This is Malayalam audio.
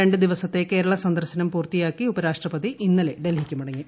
രണ്ടു ദിവ സത്തെ കേരള സന്ദർശനം പൂർത്തിയാക്കി ഉപരാഷ്ട്രപതി ഇന്നലെ ഡൽഹിക്കു മടങ്ങി